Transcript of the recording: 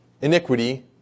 iniquity